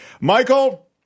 Michael